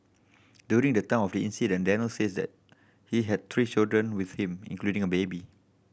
during the time of the incident Daniel says that he had three children with him including a baby